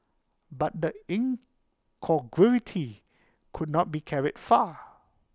but the incongruity could not be carried far